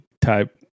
type